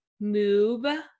move